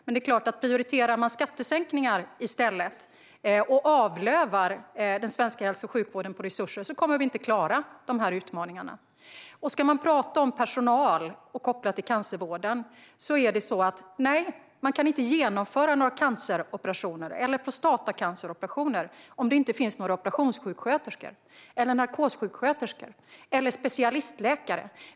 Men det är klart att om man i stället prioriterar skattesänkningar och avlövar den svenska hälso och sjukvården resurser kommer vi inte att klara de utmaningarna. Ska vi prata om personal kopplat till cancervården kan man inte genomföra några canceroperationer eller prostatacanceroperationer om det inte finns några operationssjuksköterskor, narkossjuksköterskor eller specialistläkare.